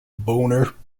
boner